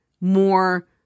more